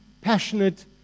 passionate